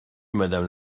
madame